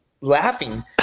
laughing